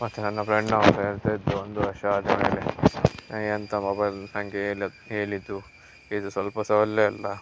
ಮತ್ತೆ ನನ್ನ ಫ್ರೆಂಡ್ನವ್ರು ಹೇಳ್ತಾಯಿದ್ರು ಒಂದು ವರ್ಷ ಆದ ಮೇಲೆ ಎಂಥ ಮೊಬೈಲ್ ನನಗೆ ಹೇಳು ಹೇಳಿದ್ದು ಇದು ಸ್ವಲ್ಪ ಸಹ ಒಳ್ಳೆ ಇಲ್ಲ